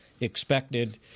expected –